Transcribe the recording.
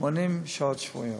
80 שעות שבועיות.